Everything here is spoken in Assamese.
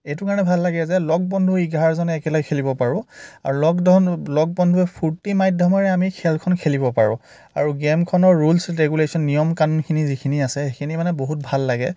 এইটো কাৰণে ভাল লাগে যে লগ বন্ধু এঘাৰজনে একেলগে খেলিব পাৰোঁ আৰু লগ ধন লগ বন্ধুয়ে ফূৰ্তিৰ মাধ্যমৰে আমি খেলখন খেলিব পাৰোঁ আৰু গেমখনৰ ৰুলচ ৰেগুলেচন নিয়ম কানুনখিনি যিখিনি আছে সেইখিনি মানে বহুত ভাল লাগে